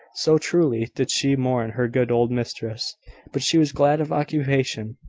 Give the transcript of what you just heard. so truly did she mourn her good old mistress but she was glad of occupation,